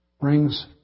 brings